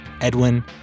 Edwin